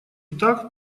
так